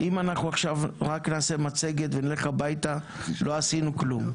אם אנחנו עכשיו רק נעשה מצגת ונלך הביתה לא עשינו כלום.